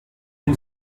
une